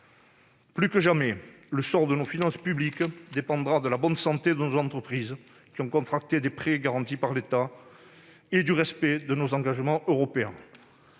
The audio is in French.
Plus que jamais, le sort de nos finances publiques dépendra de la bonne santé de nos entreprises, qui ont contracté des prêts garantis par l'État, et du respect de nos engagements européens.